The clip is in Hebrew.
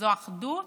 שזאת אחדות?